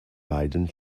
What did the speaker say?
beiden